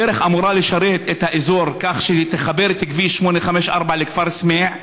הדרך אמורה לשרת את האזור כך שהיא תחבר את כביש 854 לכפר סמיע,